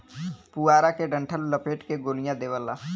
पुआरा के डंठल लपेट के गोलिया देवला